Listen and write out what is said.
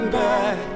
back